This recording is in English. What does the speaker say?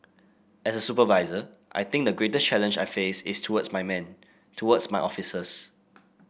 as a supervisor I think the greatest challenge I face is towards my men towards my officers